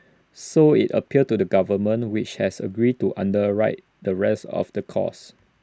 so IT appealed to the government which has agreed to underwrite the rest of the cost